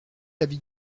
l’avis